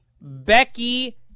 Becky